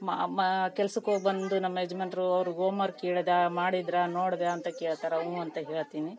ಮ ಮ ಕೆಲ್ಸಕ್ಕೆ ಹೋಗ್ಬಂದು ನಮ್ಮ ಯಜಮಾನ್ರು ಅವ್ರುಗೆ ಓಮ್ ವರ್ಕ್ ಕೇಳ್ದೆ ಮಾಡಿದ್ರೆ ನೋಡ್ದ ಅಂತ ಕೇಳ್ತಾರೆ ಹ್ಞೂ ಅಂತ ಹೇಳ್ತಿನಿ